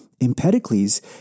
Empedocles